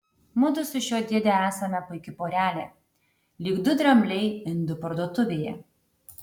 mudu su šiuo dėde esame puiki porelė lyg du drambliai indų parduotuvėje